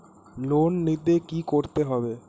Loan নিতে কী করতে হবে?